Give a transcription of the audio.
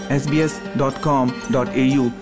sbs.com.au